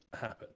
happen